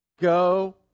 Go